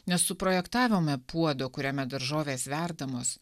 nesuprojektavome puodo kuriame daržovės verdamos